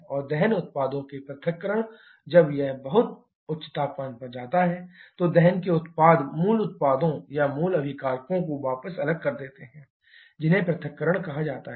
और दहन उत्पादों के पृथक्करण जब यह बहुत उच्च तापमान पर जाता है तो दहन के उत्पाद मूल उत्पादों या मूल अभिकारकों को वापस अलग कर देते हैं जिन्हें पृथक्करण कहा जाता है